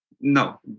no